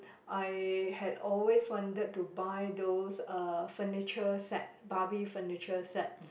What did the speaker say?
I had always wanted to buy those uh furniture set Barbie furniture set